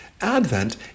Advent